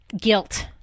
Guilt